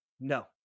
No